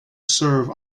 serve